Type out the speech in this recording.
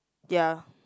ya